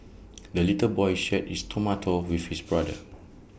the little boy shared his tomato with his brother